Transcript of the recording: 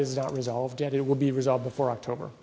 is not resolved yet it will be resolved before october